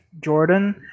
Jordan